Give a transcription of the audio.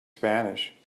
spanish